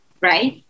right